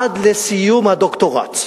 עד לסיום הדוקטורט.